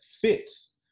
fits